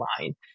line